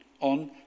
on